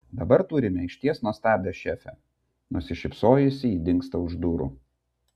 dabar turime išties nuostabią šefę nusišypsojusi ji dingsta už durų